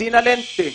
"פסטינה לנטה",